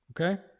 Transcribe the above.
Okay